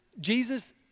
Jesus